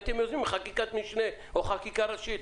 הייתם יוזמים חקיקת משנה או חקיקה ראשית.